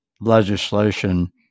legislation